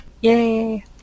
Yay